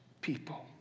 people